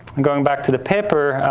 and going back to the paper,